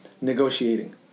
negotiating